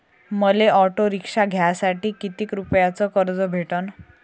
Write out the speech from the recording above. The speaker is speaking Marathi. मले ऑटो रिक्षा घ्यासाठी कितीक रुपयाच कर्ज भेटनं?